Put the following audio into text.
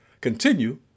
Continue